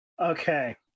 okay